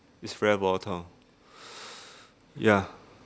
is very volatile ya